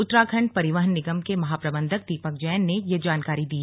उत्तराखंड परिवहन निगम के महाप्रबंधक दीपक जैन ने ये जानकारी दी